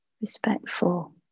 respectful